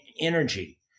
energy